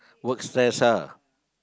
work stress ah